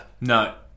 No